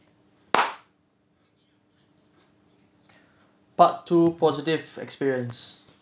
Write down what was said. part two positive experience